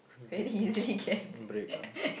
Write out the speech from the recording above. baby break ah